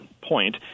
point